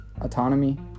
autonomy